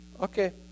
Okay